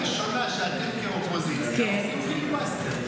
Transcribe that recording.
פעם ראשונה בהיסטוריה שאתם כאופוזיציה עושים פיליבסטר.